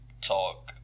talk